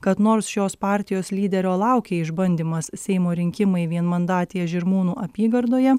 kad nors šios partijos lyderio laukia išbandymas seimo rinkimai vienmandatėje žirmūnų apygardoje